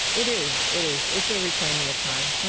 it is. it is. it's a reclaiming of time.